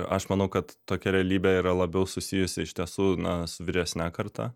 aš manau kad tokia realybė yra labiau susijusi iš tiesų na su vyresne karta